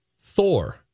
Thor